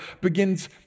begins